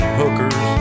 hookers